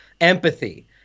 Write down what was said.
empathy